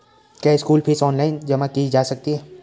क्या school fees online जमा की जा सकती है?